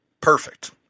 Perfect